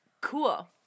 Cool